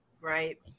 right